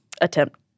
Attempt